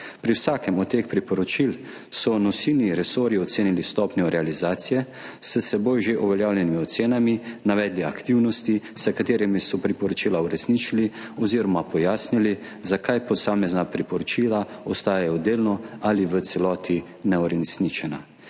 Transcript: Pri vsakem od teh priporočil so nosilni resorji ocenili stopnjo realizacije s seboj že uveljavljenimi ocenami, navedli aktivnosti, s katerimi so priporočila uresničili, oziroma pojasnili, zakaj posamezna priporočila ostajajo delno ali v celoti neuresničena.